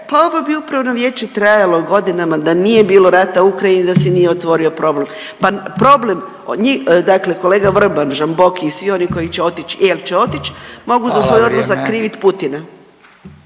pa ovo bi upravno vijeće trajalo godinama da nije bilo rata u Ukrajini i da se nije otvorio problem. Pa problem, dakle kolega Vrban, Žamboki i svi oni koji će otići i jel će otić …/Upadica: Hvala, vrijeme./… mogu za svoj odlazak krivit Putina.